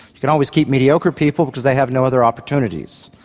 you can always keep mediocre people because they have no other opportunities.